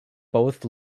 both